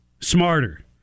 smarter